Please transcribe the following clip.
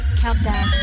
countdown